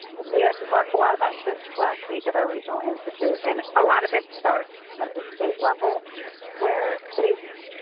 we actually talked a lot about this last week at our regional institute, and a lot of it starts at the state level where states